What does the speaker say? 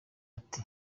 ati